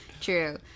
True